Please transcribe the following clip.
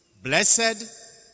Blessed